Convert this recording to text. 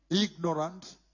ignorant